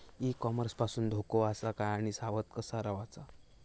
E commerce पासून धोको आसा काय आणि सावध कसा रवाचा?